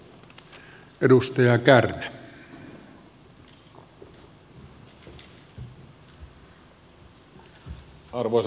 arvoisa puhemies